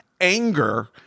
anger